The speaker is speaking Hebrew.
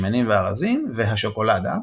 "השמנים והרזים" ו"השוקולדה",